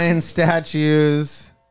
statues